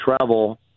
travel